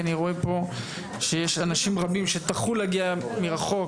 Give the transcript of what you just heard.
כי אני רואה פה שיש אנשים רבים שטרחו להגיע מרחוק